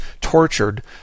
tortured